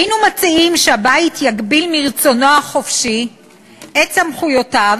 היינו מציעים שהבית יגביל מרצונו החופשי את סמכויותיו